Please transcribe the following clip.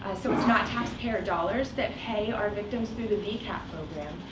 so it's not taxpayer dollars that pay our victims through the the vcap program.